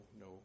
no